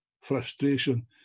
frustration